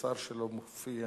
שר שלא מופיע